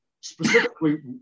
specifically